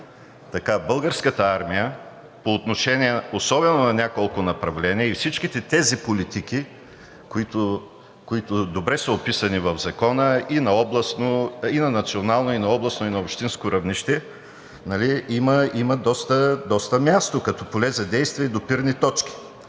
между Българската армия, особено по отношение на няколко направления, и всички тези политики, които добре са описани в Закона – и на национално, и на областно, и на общинско равнище, има доста място като поле за действие и допирни точки.